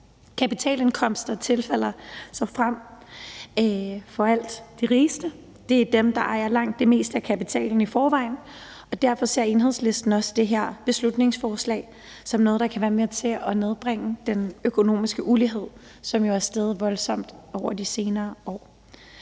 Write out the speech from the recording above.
Kapitalindkomster tilfalder frem for alt de rigeste. Det er dem, der ejer langt det meste af kapitalen i forvejen, og derfor ser Enhedslisten også det her beslutningsforslag som noget, der kan være med til at nedbringe den økonomiske ulighed, som jo er steget voldsomt over de senere år.